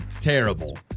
terrible